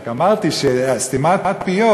רק אמרתי שסתימת פיות,